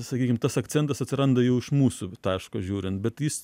sakykim tas akcentas atsiranda jau iš mūsų taško žiūrint bet jis